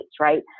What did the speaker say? right